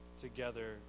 together